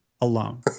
alone